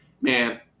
man